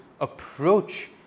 approach